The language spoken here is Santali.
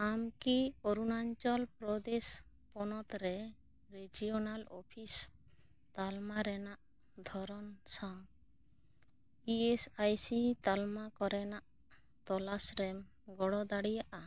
ᱟᱢ ᱠᱤ ᱚᱨᱩᱱᱟᱪᱚᱞ ᱯᱨᱚᱫᱮᱥ ᱯᱚᱱᱚᱛᱨᱮ ᱨᱮᱡᱳᱱᱟᱞ ᱳᱯᱷᱤᱥ ᱛᱟᱞᱢᱟ ᱨᱮᱱᱟᱜ ᱫᱷᱚᱨᱚᱱ ᱥᱟᱶ ᱤ ᱮᱥ ᱟᱭ ᱥᱤ ᱛᱟᱞᱢᱟ ᱠᱚᱨᱮᱱᱟᱜ ᱛᱚᱞᱟᱥᱨᱮ ᱜᱚᱲᱚ ᱫᱟᱲᱤᱭᱟᱜᱼᱟ